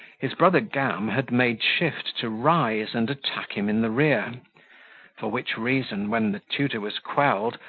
his brother gam had made shift to rise and attack him in the rear for which reason, when the tutor was quelled,